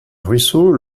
ruisseau